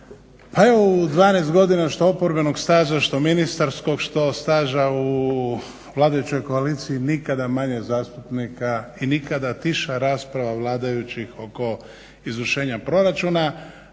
u 12 godina što oporbenog staža, što ministarskog, što staža u vladajućoj koaliciji nikada manje zastupnika i nikada tiša rasprava vladajućih oko izvršenja proračuna,